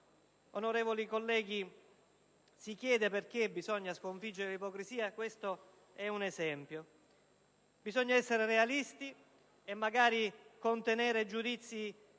onorevoli colleghi, si chiede perché bisogna sconfiggere l'ipocrisia, questo è un esempio. Bisogna essere realisti e, magari, contenere giudizi affrettati